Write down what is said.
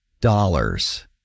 dollars